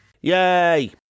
Yay